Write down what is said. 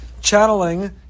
channeling